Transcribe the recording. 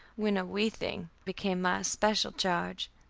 when a wee thing, became my especial charge.